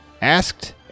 Asked